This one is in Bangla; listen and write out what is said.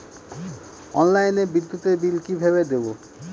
অনলাইনে বিদ্যুতের বিল কিভাবে দেব?